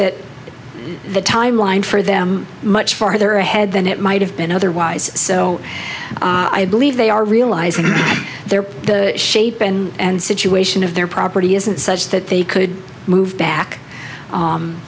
in the timeline for them much farther ahead than it might have been otherwise so i believe they are realizing their shape and situation of their property isn't such that they could move back